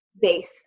base